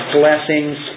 blessings